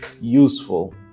useful